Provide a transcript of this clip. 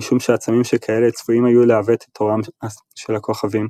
משום שעצמים שכאלה צפויים היו לעוות את אורם של הכוכבים,